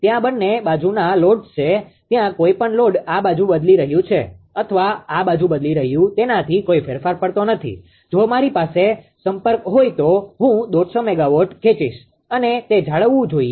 ત્યાં બંને બાજુના લોડ્સ છે ત્યાં કંઈપણ લોડ આ બાજુ બદલી રહ્યું છે અથવા આ બાજુ બદલી રહ્યું તેનાથી કોઈ ફેર પડતો નથી જો મારી પાસે સંપર્ક હોઈ તો હું 150 MW ખેંચીશ અને તે જાળવવું જોઈએ